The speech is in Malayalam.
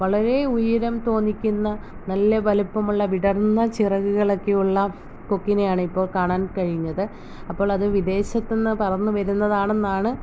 വളരെ ഉയരം തോന്നിപ്പിക്കുന്ന നല്ല വലിപ്പമുള്ള വിടർന്ന ചിറകുകളൊക്കെ ഉള്ള കൊക്കിനെയാണ് ഇപ്പോൾ കാണാൻ കഴിയുന്നത് അപ്പോൾ അത് വിദേശത്ത് നിന്ന് പറന്ന് വരുന്നതാണെന്നാണ്